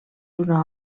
una